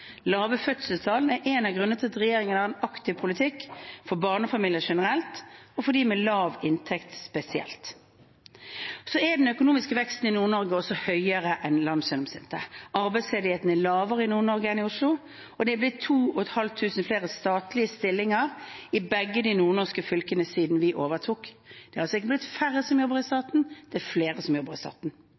Lave fødselstall er en av grunnene til at regjeringen har en aktiv politikk for barnefamilier generelt og for dem med lav inntekt spesielt. Den økonomiske veksten i Nord-Norge er også høyere enn landsgjennomsnittet, og arbeidsledigheten er lavere i Nord-Norge enn i Oslo. Det er blitt 2 500 flere statlige stillinger i begge de nordnorske fylkene siden vi overtok. Det har altså ikke blitt færre som jobber i staten, det er flere som jobber i staten.